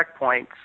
checkpoints